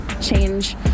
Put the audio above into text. change